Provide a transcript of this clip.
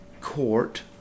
court